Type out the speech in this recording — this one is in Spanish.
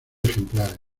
ejemplares